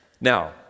Now